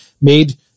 made